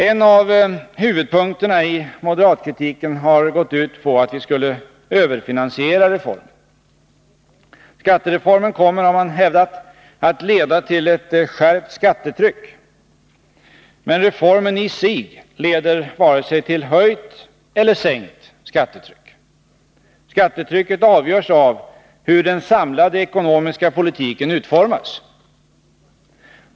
En av huvudpunkterna i moderatkritiken har gått ut på att vi skulle överfinansiera reformen. Skattereformen kommer, har man hävdat, att leda till ett skärpt skattetryck. Men reformen i sig leder varken till höjt eller sänkt skattetryck. Skattetrycket avgörs av hur den samlade ekonomiska politiken utformas.